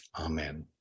Amen